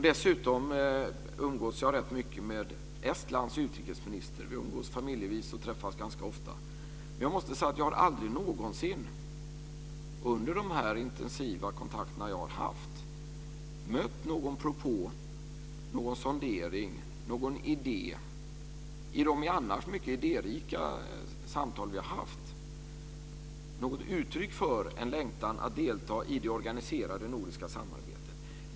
Dessutom umgås jag rätt mycket med Estlands utrikesminister. Vi umgås familjevis och träffas ganska ofta. Jag har aldrig någonsin under de intensiva kontakterna jag har haft mött någon propå, någon sondering, någon idé, i de annars mycket idérika samtal vi har haft, eller något uttryck för en längtan att delta i det organiserade nordiska samarbetet.